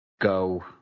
go